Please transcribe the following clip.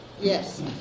yes